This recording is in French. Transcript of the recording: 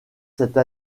cette